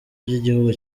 by’igihugu